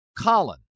Colin